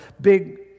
Big